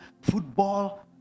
football